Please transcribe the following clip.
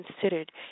considered